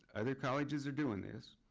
other colleges are doing this.